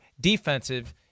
defensive